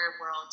world